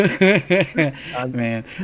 man